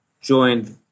joined